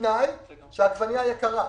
בתנאי שהעגבנייה יקרה.